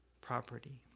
property